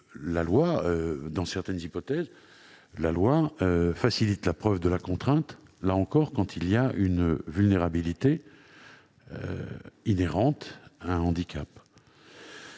Parfois, dans certaines hypothèses, la loi facilite la preuve de la contrainte quand il y a une vulnérabilité inhérente à un handicap.